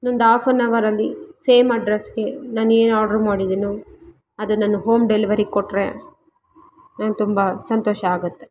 ಇನ್ನೊಂದು ಹಾಫೆನ್ ಹವರಲ್ಲಿ ಸೇಮ್ ಅಡ್ರೆಸ್ಸ್ಗೆ ನಾನು ಏನು ಆರ್ಡರ್ ಮಾಡಿದೀನೋ ಅದು ನನ್ನ ಹೋಮ್ ಡೆಲವರಿ ಕೊಟ್ಟರೆ ನನ್ಗೆ ತುಂಬ ಸಂತೋಷ ಆಗುತ್ತೆ